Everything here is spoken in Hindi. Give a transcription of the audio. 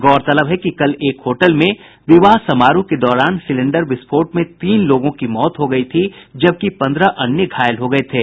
गौरतलब है कि कल एक होटल में विवाह समारोह के दौरान सिलेंडर विस्फोट में तीन लोगों की मौत हो गई जबकि पन्द्रह अन्य घायल हो गये थे